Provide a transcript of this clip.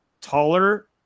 taller